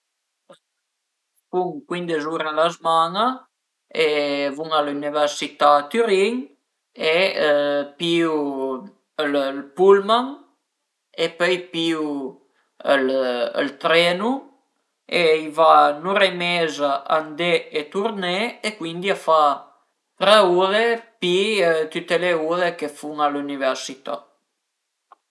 Fun cuindes ura a la zman-a e vun a l'ünivesità a Türin e pìu ël pullman e pöi pìu ël trenu e i va ün'ura e meza a andé e turné e cuindi a fa tre ure pi tüte le ure che fun a l'üniversità